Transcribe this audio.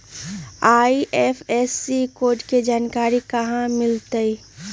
IFSC code के जानकारी कहा मिलतई